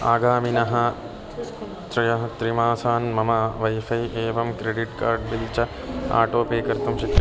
आगामिनः त्रयः त्रिमासान् मम वैफ़ै एवं क्रेडिट् कार्ड् बिल् च आटो पे कर्तुं शक्यं